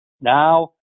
Now